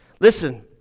Listen